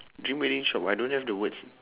dream wedding shop I don't have the words